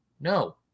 no